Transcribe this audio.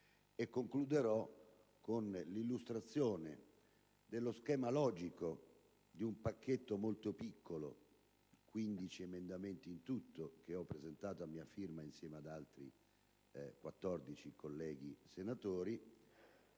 Concluderò con l'illustrazione dello schema logico di un pacchetto molto piccolo, composto da 15 emendamenti che ho presentato a mia firma insieme ad altri 14 colleghi senatori,